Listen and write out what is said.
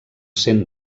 cent